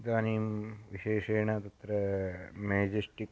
इदानीं विशेषेण तत्र मेजेस्टिक्